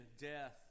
death